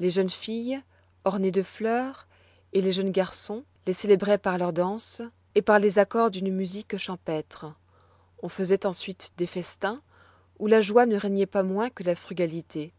les jeunes filles ornées de fleurs et les jeunes garçons les célébroient par leurs danses et par les accords d'une musique champêtre on faisoit ensuite des festins où la joie ne régnoit pas moins que la frugalité